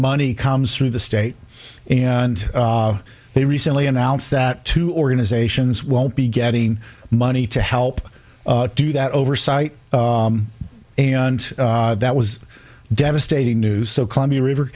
money comes through the state and they recently announced that two organizations won't be getting money to help do that oversight and that was devastating news so columbia river